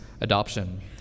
adoption